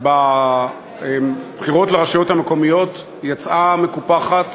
בבחירות לרשויות המקומיות, יצאה מקופחת,